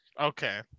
okay